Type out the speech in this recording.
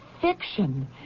fiction